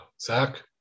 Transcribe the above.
Zach